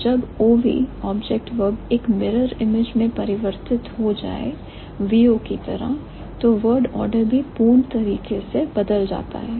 जब OV object verb एक mirror image मैं परिवर्तित हो जाए VO की तरह तो word order भी पूर्ण तरीके से बदल जाता है